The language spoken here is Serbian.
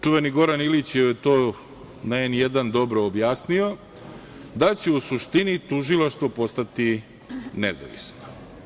Čuveni Goran Ilić je to na „N1“ dobro objasnio, da će u suštini tužilaštvo postati nezavisno.